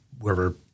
wherever